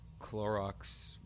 Clorox